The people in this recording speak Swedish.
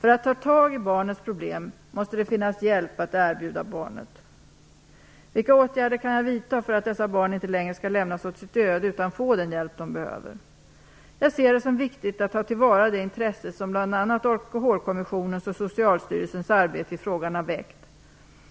För att ta tag i barnets problem måste det finnas hjälp att erbjuda barnet. Jag ser det som viktigt att ta till vara det intresse som bl.a. Alkoholkommissionens och Socialstyrelsens arbete i frågan har väckt.